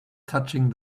touching